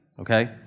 okay